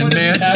man